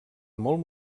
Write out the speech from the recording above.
molt